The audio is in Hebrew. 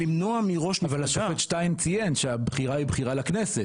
אבל השופט שטיין ציין שהבחירה היא בחירה לכנסת.